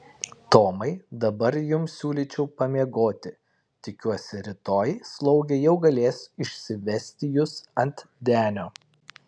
tomai dabar jums siūlyčiau pamiegoti tikiuosi rytoj slaugė jau galės išsivesti jus ant denio